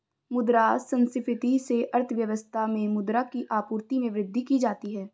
मुद्रा संस्फिति से अर्थव्यवस्था में मुद्रा की आपूर्ति में वृद्धि की जाती है